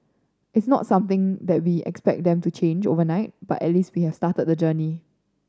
it's not something that we expect them to change overnight but at least we have started the journey